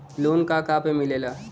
Loan का का पे मिलेला?